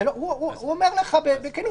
הוא אומר לך בכנות,